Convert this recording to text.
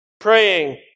Praying